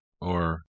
or-